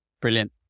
Brilliant